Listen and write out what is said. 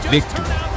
Victory